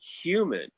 human